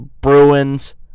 Bruins